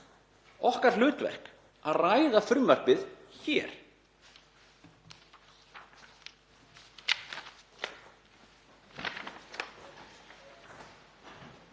okkar hlutverk að ræða frumvarpið hér?